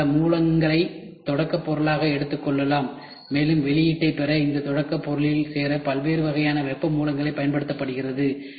இது பல மூலங்களை தொடக்கப் பொருளாக எடுத்துக் கொள்ளலாம் மேலும் வெளியீட்டைப் பெற இந்த தொடக்கப் பொருளில் சேர பல்வேறு வகையான வெப்ப மூலங்களைப் பயன்படுத்துகிறது